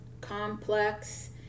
complex